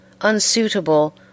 unsuitable